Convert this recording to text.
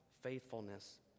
faithfulness